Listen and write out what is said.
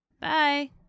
Bye